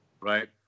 Right